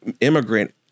immigrant